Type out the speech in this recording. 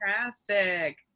fantastic